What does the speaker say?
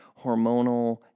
hormonal